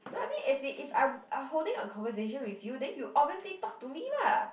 no I mean as in if I I holding a conversation with you then you obviously talk to me lah